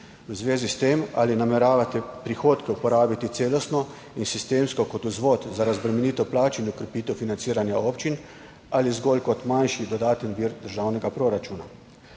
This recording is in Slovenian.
In zvezi s tem: Ali nameravate prihodke uporabiti celostno in sistemsko kot vzvod za razbremenitev plač in okrepitev financiranja občin ali zgolj kot manjši dodatni vir državnega proračuna?